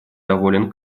доволен